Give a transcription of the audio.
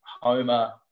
Homer